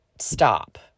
stop